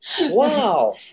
Wow